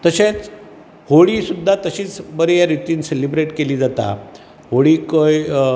तशेंच होळी सुद्दां तशीच बऱ्या रितीन सॅलिब्रेट केल्ली जाता होळिकय